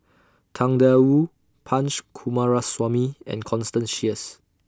Tang DA Wu Punch Coomaraswamy and Constance Sheares